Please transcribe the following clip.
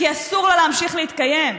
כי אסור לה להמשיך להתקיים.